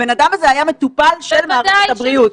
הבן-אדם הזה היה מטופל של מערכת הבריאות.